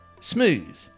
smooth